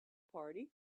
party